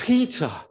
Peter